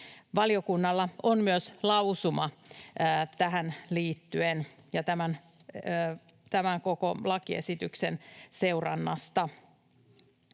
Valiokunnalla on myös lausuma tähän liittyen ja tämän koko lakiesityksen seurannasta.